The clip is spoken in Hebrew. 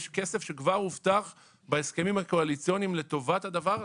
כשיש כסף שכבר הובטח בהסכמים הקואליציוניים לטובת הדבר הזה,